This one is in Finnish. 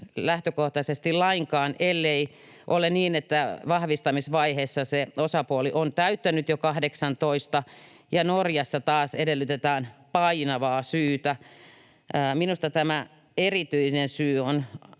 lähtökohtaisesti lainkaan, ellei ole niin, että vahvistamisvaiheessa se osapuoli on jo täyttänyt 18, ja Norjassa taas edellytetään painavaa syytä. Minusta tämä ”erityinen syy” on